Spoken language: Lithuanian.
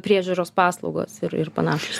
priežiūros paslaugos ir ir panašūs